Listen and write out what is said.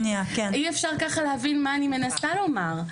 אי אפשר ככה להבין מה אני מנסה לומר.